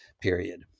period